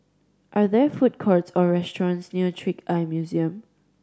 are there food courts or restaurants near Trick Eye Museum